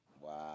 Wow